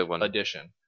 addition